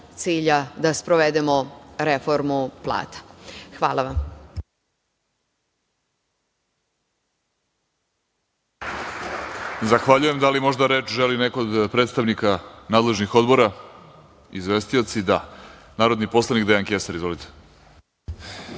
cilja da sprovedemo reformu plata. Hvala.